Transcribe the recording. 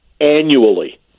annually